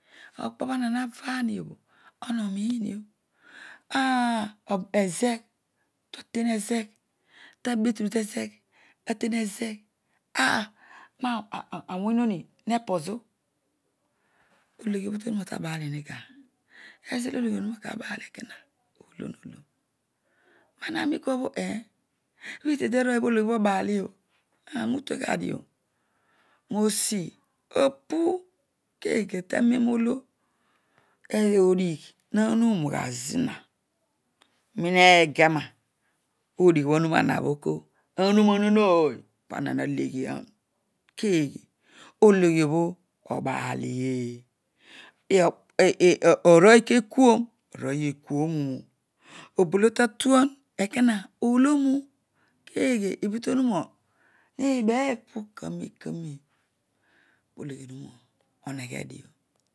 Okpobho ana ha vani obho ana onim mio tadua tezegh adigh tezegh ta ten tezegh awony oyim onin nepozu ologhi oru na ta bealini ga? Ezolo ologhionuna tabaal eko na oolo nolo ana niim kuabho eeh bhi tedearooy bho ologhiobho obadiobho aani utuegha dio nosi opu keeghe tanem olo oodigh nanobh gaa zina mega ma, non onon aoy pana na leghiah keeghe ologhiobo obaalko eeh arooy kekuon arooy ikumuny obolotatuan ekon olonu keghe obhotonuna negegb pukanen kanem pologhi onuma oneghe dio